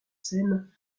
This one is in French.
scène